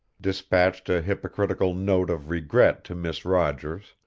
despatched a hypocritical note of regret to miss rogers,